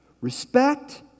respect